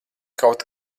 kaut